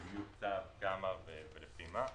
בדיוק כמה ולפי מה.